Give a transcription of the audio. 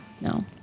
no